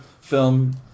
film